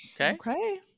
Okay